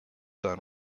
son